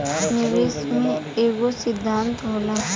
निवेश के एकेगो सिद्धान्त होला